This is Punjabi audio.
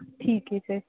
ਠੀਕ ਹੈ ਸਰ